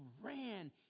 ran